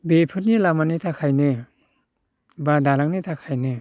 बेफोरनि लामानि थाखायनो एबा दालांनि थाखायनो